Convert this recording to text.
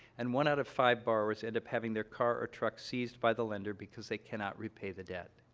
and one out of five borrowers end up having their car or truck seized by the lender because they cannot repay the debt.